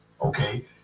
Okay